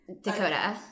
Dakota